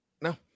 No